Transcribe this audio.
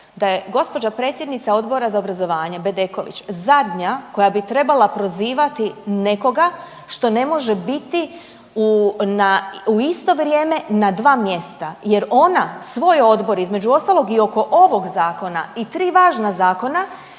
da je gospođa predsjednica Odbora za obrazovanje Bedeković zadnja koja bi trebala prozivati nekoga što ne može biti u isto vrijeme na dva mjesta, jer ona svoj odbor između ostalog i oko ovog zakona i tri važna zakona